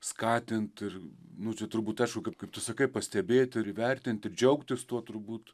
skatint ir nu čia turbūt aišku kad kaip tu sakai pastebėt ir įvertint ir džiaugtis tuo turbūt